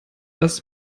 dass